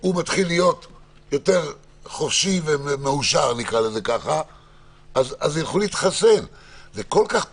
הוא מתחיל להיות חופשי ומאושר יותר אז הוא ילך להתחסן - זה כל כך פשוט.